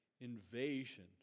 invasion